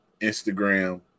Instagram